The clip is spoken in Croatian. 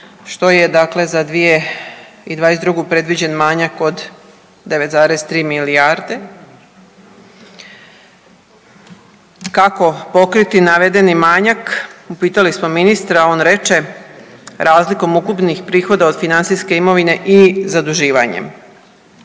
što je dakle za 2022. predviđen manjak od 9,3 milijarde. Kako pokriti navedeni manjak upitali smo ministra on reče razlikom ukupnih prihoda od financijske imovine i zaduživanjem.